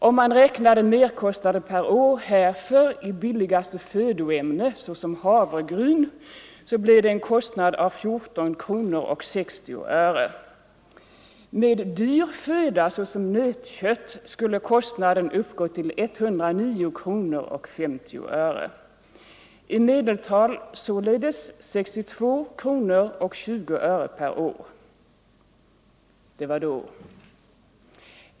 Om man räknade merkostnaden per år härför i billigaste födoämne, såsom Jämställdhet havregryn, så blev det en kostnad av 14 kronor och 60 öre. Med dyr = mellan män och föda, såsom nötkött, skulle kostnaden uppgå till 109 kronor och 50 öre. — kvinnor, m.m. I medeltal således 62 kronor och 20 öre per år. Det var då.